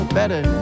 better